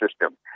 system